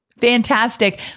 Fantastic